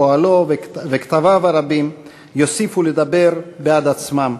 פועלו וכתביו הרבים יוסיפו לדבר בעד עצמם,